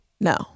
No